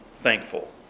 thankful